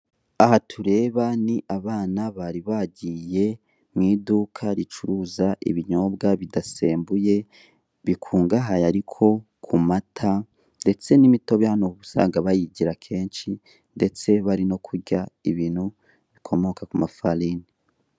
Aha tureba ni abana bari bagiye mu iduka ricuruza ibinyobwa bidasembuye bikungahaye ariko kumata ndetse n'imitobe hano uba usanga bayigira kenshi, ndetse bari kurya ibikomoka ku mafarini.